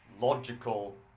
logical